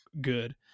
good